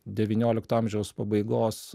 devyniolikto amžiaus pabaigos